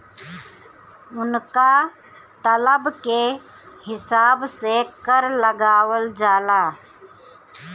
उनका तलब के हिसाब से कर लगावल जाला